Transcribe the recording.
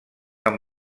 amb